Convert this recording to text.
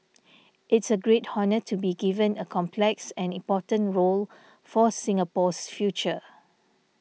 it's a great honour to be given a complex and important role for Singapore's future